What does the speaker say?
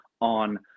on